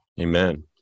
Amen